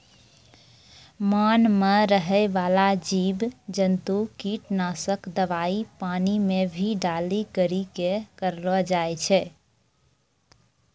मान मे रहै बाला जिव जन्तु किट नाशक दवाई पानी मे भी डाली करी के करलो जाय छै